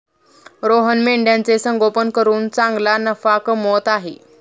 रोहन मेंढ्यांचे संगोपन करून चांगला नफा कमवत आहे